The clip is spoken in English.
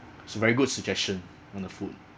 it's a very good suggestion on the food